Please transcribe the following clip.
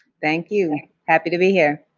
thank you. happy to be here.